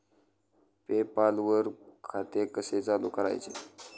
पे पाल वर खाते कसे चालु करायचे